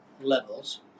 levels